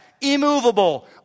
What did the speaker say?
immovable